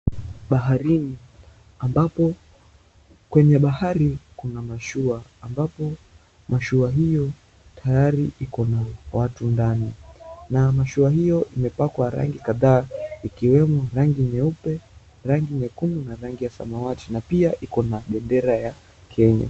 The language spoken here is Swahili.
Baharini, ambapo kwenye bahari kuna mashua ambapo mashua hiyo tayari ikona watu ndani na mashua hiyo imepakwa rangi kadhaa ikiwemo, rangi nyeupe, rangi nyekundu na rangi ya samawati na pia ikona bendera ya Kenya.